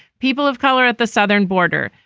people of color at the southern border.